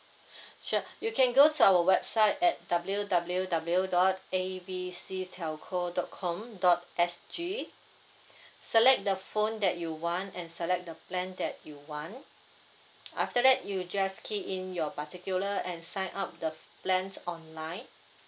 sure you can go to our website at W_W_W dot A B C telco dot com dot S_G select the phone that you want and select the plan that you want after that you just key in your particular and sign up the plans online